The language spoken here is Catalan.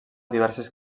diverses